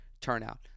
turnout